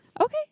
Okay